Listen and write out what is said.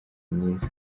mwiza